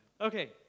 Okay